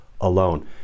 alone